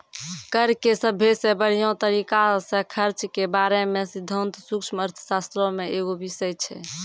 कर के सभ्भे से बढ़िया तरिका से खर्च के बारे मे सिद्धांत सूक्ष्म अर्थशास्त्रो मे एगो बिषय छै